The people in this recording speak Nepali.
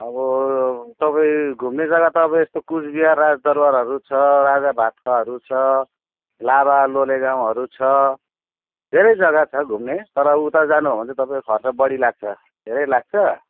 अब तपाईँ घुम्ने जग्गा त अब यस्तो कुचबिहार राजदरबारहरू छ राजा भातखुवाहरू छ लाभा लोलेगाउँहरू छ धेरै जग्गा छ घुम्ने तर उता जानु हो भने चाहिँ तपाईँ खर्च बढी लाग्छ धेरै लाग्छ